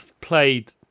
played